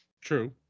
True